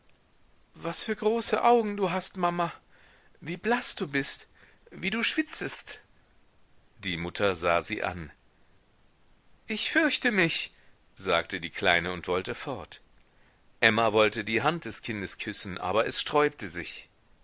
was für große augen du hast mama wie blaß du bist wie du schwitzest die mutter sah sie an ich fürchte mich sagte die kleine und wollte fort emma wollte die hand des kindes küssen aber es sträubte sich